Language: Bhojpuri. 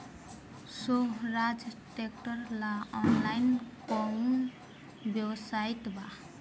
सोहराज ट्रैक्टर ला ऑनलाइन कोउन वेबसाइट बा?